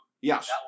Yes